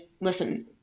listen